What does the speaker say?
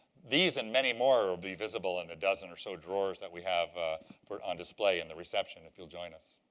these and many more will be visible in the dozen or so drawers that we have ah on display in the reception if you'll join us.